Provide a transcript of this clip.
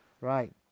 Right